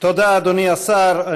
תודה, אדוני השר.